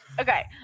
okay